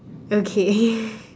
okay